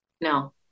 no